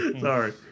Sorry